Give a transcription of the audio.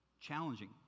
Challenging